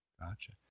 Gotcha